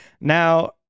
Now